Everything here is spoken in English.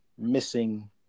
missing